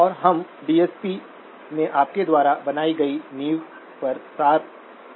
और हम डीएसपी में आपके द्वारा बनाए गई नींव पर सार रूप में हैं